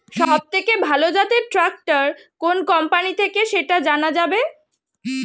সবথেকে ভালো জাতের ট্রাক্টর কোন কোম্পানি থেকে সেটা জানা যাবে?